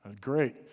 great